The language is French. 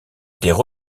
étaient